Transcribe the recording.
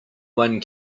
one